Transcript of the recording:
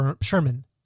Sherman